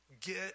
get